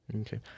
Okay